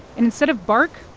instead of bark,